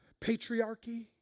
patriarchy